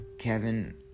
Kevin